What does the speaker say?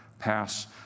pass